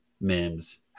Mims